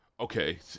Okay